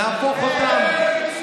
נהפוך אותם,